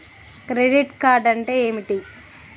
Credit card అంటే ఏమిటి?